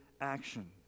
action